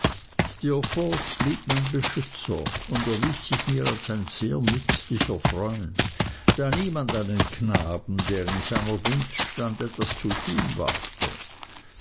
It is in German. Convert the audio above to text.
blieb mein beschützer und erwies sich mir als ein sehr nützlicher freund da niemand einem knaben der in seiner gunst stand etwas zu tun wagte